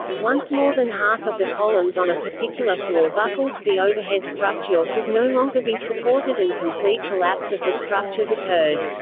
once more than half of the columns on a particular floor buckled, the overhead structure could no longer be supported and complete collapse of the structures occurred.